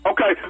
Okay